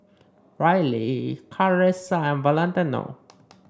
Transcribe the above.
Rylee Carisa and Valentino